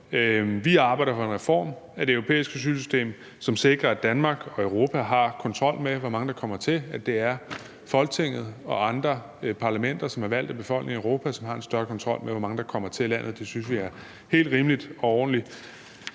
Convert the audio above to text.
Vi arbejder for en reform af det europæiske asylsystem, som sikrer, at Danmark og Europa har kontrol med, hvor mange der kommer hertil; at det er Folketinget og andre parlamenter, som er valgt af befolkningerne i Europa, som har en større kontrol med, hvor mange der kommer til landet. Det synes vi er helt rimeligt og ordentligt.